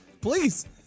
please